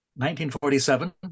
1947